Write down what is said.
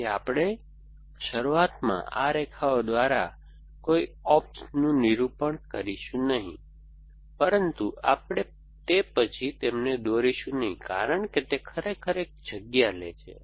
તેથી આપણે શરૂઆતમાં આ રેખાઓ દ્વારા કોઈ ઓપ્સનું નિરૂપણ કરીશું નહીં પરંતુ આપણે તે પછી તેમને દોરીશું નહીં કારણ કે તે ખરેખર એક જગ્યા લે છે